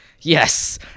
Yes